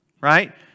right